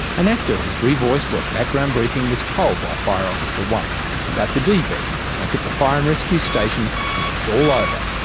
an actor has re-voiced what background briefing was told by fire officer one about the debrief back at the fire and rescue station when it was all over.